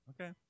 Okay